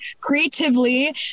creatively